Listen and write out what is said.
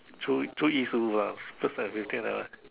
初初一十五啊 first and fifteen ah